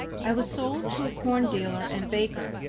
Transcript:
i was sold to a corn dealer and baker,